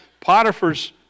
Potiphar's